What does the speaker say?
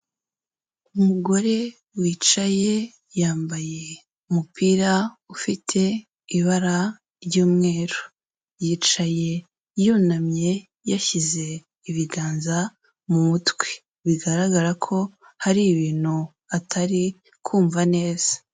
Umugore wicaye yambaye umupira ufite ibara ry'umweru. Yicaye yunamye yashyize ibiganza mu mutwe. Bigaragara ko hari ibintu atari kumva neza.